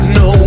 no